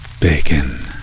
Bacon